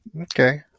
Okay